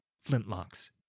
flintlocks